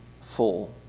full